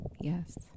Yes